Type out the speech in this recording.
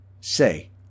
Say